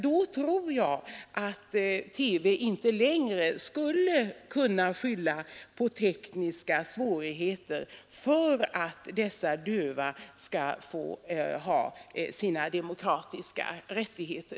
Då tror jag att Sveriges Radio inte längre skulle kunna skylla på tekniska svårigheter när det gäller att tillgodose de dövas demokratiska rättigheter.